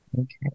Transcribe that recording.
Okay